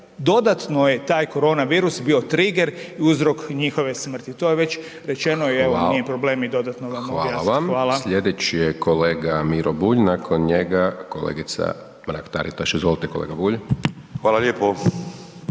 dodatno je taj koronavirus bio triger i uzrok njihove smrti, to je već rečeno i evo nije problem i dodatno vam objasnit. Hvala. **Hajdaš Dončić, Siniša (SDP)** Hvala vam. Slijedeći je kolega Miro Bulj, nakon njega kolegica Mrak-Taritaš, izvolite kolega Bulj. **Bulj,